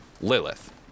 lilith